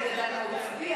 אינני יודעת מה הוא הצביע,